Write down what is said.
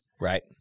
Right